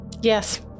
Yes